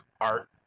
art